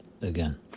again